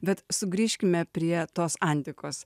bet sugrįžkime prie tos antikos